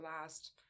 last